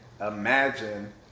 imagine